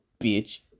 bitch